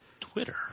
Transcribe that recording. Twitter